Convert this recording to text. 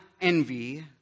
envy